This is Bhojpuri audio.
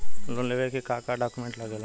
लोन लेवे के का डॉक्यूमेंट लागेला?